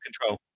control